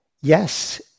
yes